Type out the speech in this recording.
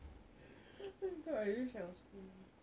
oh my god I wish I got school